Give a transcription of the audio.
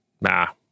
Nah